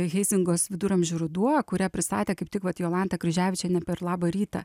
heizingos viduramžių ruduo kurią pristatė kaip tik vat jolanta kryževičienė per labą rytą